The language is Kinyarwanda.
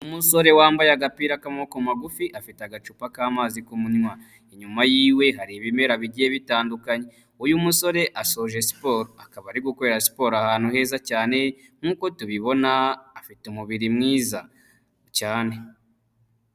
Umusore wambaye agapira k'amaboko magufi afite agacupa k'amazi ku munywa, inyuma y'iwe hari ibimera bigiye bitandukanye, uyu musore asoje siporo, akaba ari gukorera siporo ahantu heza cyane nk'uko tubibona afite umubiri mwiza cyane.